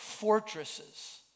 fortresses